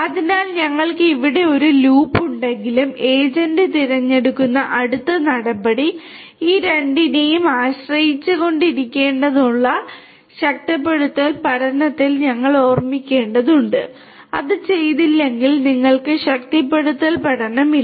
അതിനാൽ ഞങ്ങൾക്ക് ഇവിടെ ഒരു ലൂപ്പ് ഉണ്ടെങ്കിലും ഏജന്റ് തിരഞ്ഞെടുക്കുന്ന അടുത്ത നടപടി ഈ രണ്ടിനെയും ആശ്രയിച്ചിരിക്കേണ്ടതാണെന്നുള്ള ശക്തിപ്പെടുത്തൽ പഠനത്തിൽ ഞങ്ങൾ ഓർമ്മിക്കേണ്ടതുണ്ട് അത് ചെയ്തില്ലെങ്കിൽ നിങ്ങൾക്ക് ശക്തിപ്പെടുത്തൽ പഠനം ഇല്ല